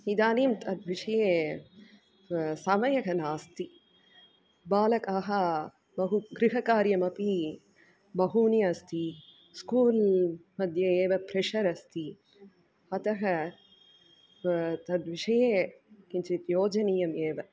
इदानीं तद् विषये समयः नास्ति बालकाः बहु गृहकार्यमपि बहूनि अस्ति स्कूल्मध्ये एव प्रेशर् अस्ति अतः प तद् विषये किञ्चित् योजनीयम् एव